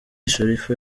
sharifa